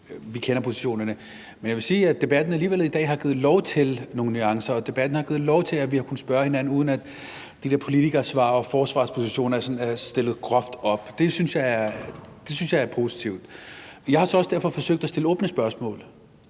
vi kender positionerne – men jeg vil sige, at debatten i dag alligevel har givet lov til, at vi har haft nogle nuancer, og debatten har givet lov til, at vi har kunnet spørge hinanden, uden at de der politikersvar og forsvarspositioner sådan er blevet stillet groft op. Det synes jeg er positivt. Jeg har så også derfor forsøgt at stille åbne spørgsmål,